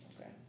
Okay